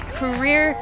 career